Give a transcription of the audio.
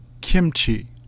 kimchi